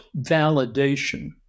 validation